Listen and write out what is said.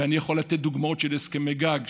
ואני יכול לתת דוגמאות של הסכמי גג,